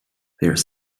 are